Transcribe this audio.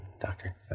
doctor